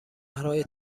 های